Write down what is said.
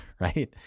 right